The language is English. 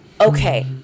okay